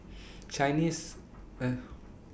Chinese